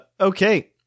Okay